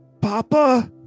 Papa